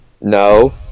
No